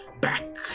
back